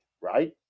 right